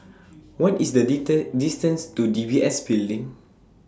What IS The detect distance to D B S Building